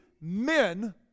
men